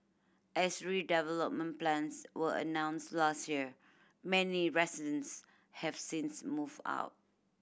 as redevelopment plans were announced last year many residents have since moved out